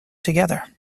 together